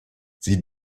sie